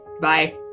Bye